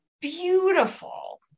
beautiful